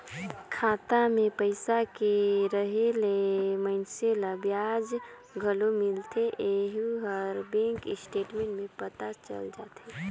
खाता मे पइसा के रहें ले मइनसे ल बियाज घलो मिलथें येहू हर बेंक स्टेटमेंट में पता चल जाथे